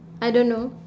I don't know